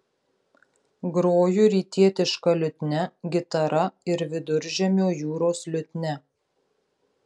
groju rytietiška liutnia gitara ir viduržemio jūros liutnia